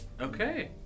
Okay